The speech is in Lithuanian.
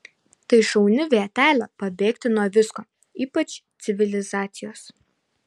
tai šauni vietelė pabėgti nuo visko ypač civilizacijos